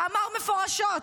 שאמר מפורשות: